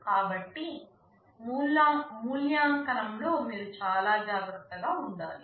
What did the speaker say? కాబట్టి మూల్యాంకనంలో మీరు చాలా జాగ్రత్తగా ఉండాలి